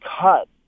cut